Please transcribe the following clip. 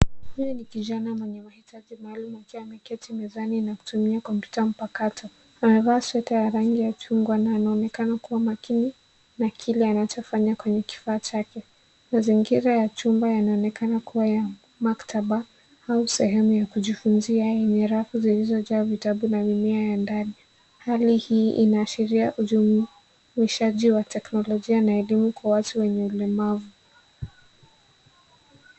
Huyu ni kijana mwenye mahitaji maalum akiwa ameketi mezani na kutumia kompyuta mpakato. Amevaa sweta ya rangi ya chungwa na anaonekana kuwa makini na kile anachofanya kwenye kifaa chake. Mazingira ya chumba yanaonekana kuwa ya maktaba au sehemu ya kujifunzia yenye rafu zilizojaa vitabu na mimea ya ndani. Hali hii inaashiria ujumuishaji wa teknolojia na elimu kwa watu wenye ulemavu.